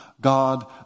god